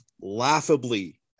laughably